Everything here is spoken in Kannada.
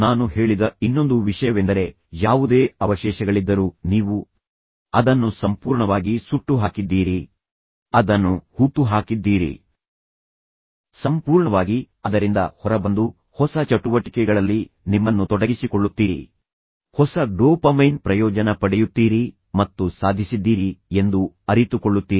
ಈಗ ನಾನು ಹೇಳಿದ ಇನ್ನೊಂದು ವಿಷಯವೆಂದರೆ ಅಥವಾ ನಾನು ಹೇಳಿದ ಯಾವುದೇ ಅವಶೇಷಗಳಿದ್ದರು ನೀವು ಅದನ್ನು ಸಂಪೂರ್ಣವಾಗಿ ಸುಟ್ಟುಹಾಕಿದ್ದೀರಿ ಅದನ್ನು ಹೂತುಹಾಕಿದ್ದೀರಿ ಅಥವಾ ನೀವು ಆ ಸ್ಥಳಗಳಿಂದ ದೂರವಿದ್ದೀರಿ ನೀವು ಒಟ್ಟಿಗೆ ಹೊರಗೆ ಹೋಗುತ್ತೀರಿ ನೀವು ಅದೇ ಸ್ಥಳಕ್ಕೆ ಹೋಗುವುದಿಲ್ಲ ಸಂಪೂರ್ಣವಾಗಿ ಅದರಿಂದ ಹೊರಬಂದು ಹೊಸ ಚಟುವಟಿಕೆಗಳಲ್ಲಿ ನಿಮ್ಮನ್ನು ತೊಡಗಿಸಿಕೊಳ್ಳುತ್ತೀರಿ ಹೊಸ ಡೋಪಮೈನ್ ಪ್ರಯೋಜನ ಪಡೆಯುತ್ತೀರಿ ಮತ್ತು ಸ್ವಲ್ಪ ಸಮಯದ ನಂತರ ನೀವು ನಿಜವಾಗಿಯೂ ಇದನ್ನು ಸಾಧಿಸಿದ್ದೀರಿ ಎಂದು ಅರಿತುಕೊಳ್ಳುತ್ತೀರಿ